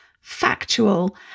factual